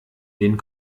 den